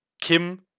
Kim